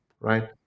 right